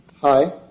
Hi